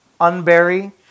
unbury